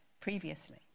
previously